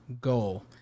goal